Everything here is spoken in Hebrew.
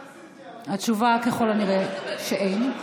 התשובה, ככל הנראה, שאין.